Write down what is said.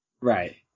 Right